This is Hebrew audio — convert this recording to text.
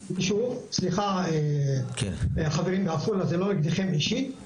סליחה חברים מעפולה זה לא נגדכם אישית,